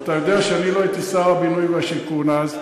ואתה יודע שאני לא הייתי שר הבינוי והשיכון אז.